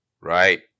right